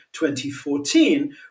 2014